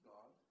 God